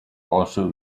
also